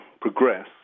progress